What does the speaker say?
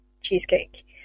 cheesecake